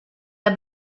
der